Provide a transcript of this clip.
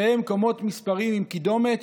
מספרים עם קידומת,